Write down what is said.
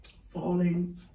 falling